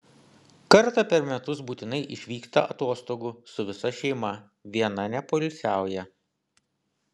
kartą per metus būtinai išvyksta atostogų su visa šeima viena nepoilsiauja